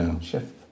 shift